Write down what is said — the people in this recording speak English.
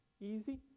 easy